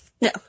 No